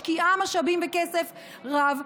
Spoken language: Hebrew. משקיעה משאבים וכסף רב,